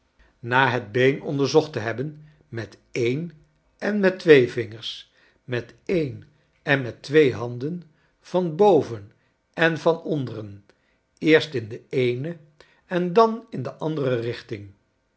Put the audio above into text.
na het been onderzocht te hebben met een en met twee vinger s met een en met twee handem van boven en van onderen eerst in de eene en dan in de andere richting